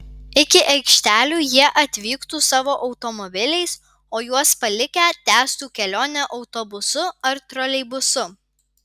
iki aikštelių jie atvyktų savo automobiliais o juos palikę tęstų kelionę autobusu ar troleibusu